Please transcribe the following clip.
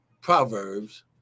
Proverbs